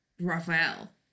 Raphael